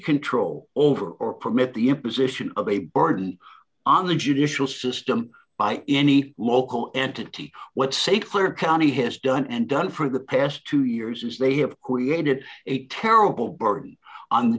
control over or permit the imposition of a burden on the judicial system by any local entity what say for county has done and done for the past two years is they have created a terrible burden on